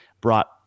brought